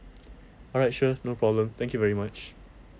alright sure no problem thank you very much